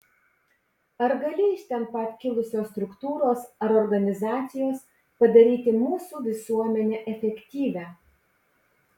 ar gali iš ten pat kilusios struktūros ar organizacijos padaryti mūsų visuomenę efektyvią